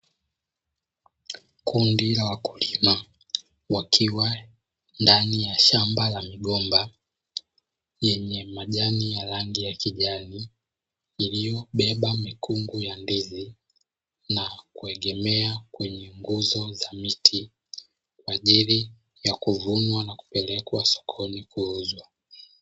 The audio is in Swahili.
Kundi la wakulima wakiwa ndani ya shamba la migomba yenye majani ya rangi ya kijani, iliyobeba mikungu ya ndizi na kuegemea kwenye nguzo za miti, kwa ajili ya kuvunwa na kupelekwa sokoni kuuzwa.